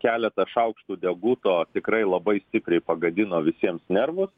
keletas šaukštų deguto tikrai labai stipriai pagadino visiems nervus